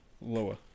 lower